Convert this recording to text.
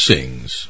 Sings